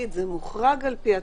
זה מוחרג על פי התוספת,